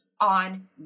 on